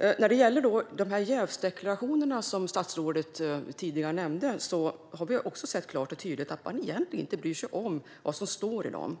När det gäller dessa jävsdeklarationer, som statsrådet tidigare nämnde, har vi klart och tydligt sett att man egentligen inte bryr sig om vad som står i dem.